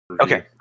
Okay